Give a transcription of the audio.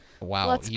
Wow